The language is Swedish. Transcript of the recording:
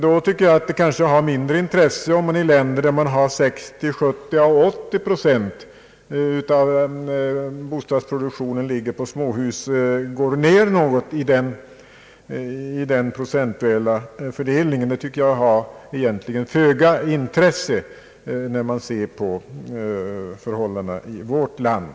Det är kanske i det sammanhanget av mindre intresse om man i länder där 60—70—380 procent av bostadsproduktionen ligger på småhus går ned något i den procentuella fördelningen. Detta har föga intresse när det gäller förhållandena i vårt land.